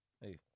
Hey